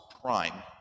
prime